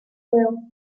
will